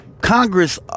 Congress